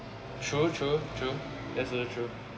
true true that's also true